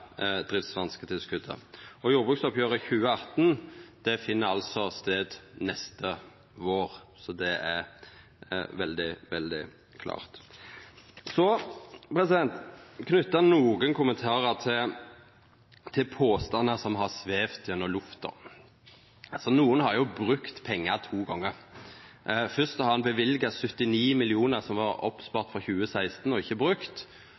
«jordbruksoppgjøret 2018». Jordbruksoppgjeret 2018 skjer neste vår. Så det er veldig klart. Så vil eg knyta nokre kommentarar til påstandar som har svevd gjennom lufta. Nokon har jo brukt pengar to gonger. Først har ein løyvd 79 mill. kr som var oppsparte frå 2016 og ikkje brukte, og så har